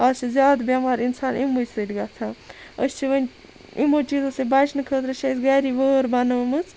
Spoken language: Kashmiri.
آز چھِ زیادٕ بیٚمار اِنسان یِموٕے سۭتۍ گَژھان أسۍ چھِ وۄنۍ یِمو چیٖزو سۭتۍ بَچنہٕ خٲطرٕ چھِ اَسہِ گَرِ وٲر بَنٲمٕژ